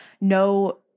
no